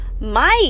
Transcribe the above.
Mike